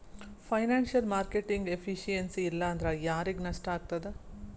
Financial marketing efficiency ಇಲ್ಲಾಂದ್ರ ಯಾರಿಗ್ ನಷ್ಟಾಗ್ತದ?